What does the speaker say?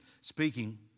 speaking